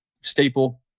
staple